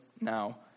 now